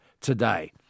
today